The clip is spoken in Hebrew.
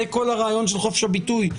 זה כל הרעיון של חופש הביטוי,